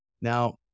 Now